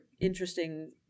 interesting